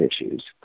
issues